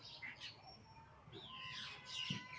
जैविक खेती की होय?